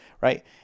right